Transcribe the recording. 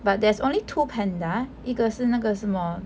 but there's only two panda 一个是那个什么